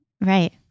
Right